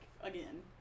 again